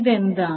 ഇത് എന്താണ്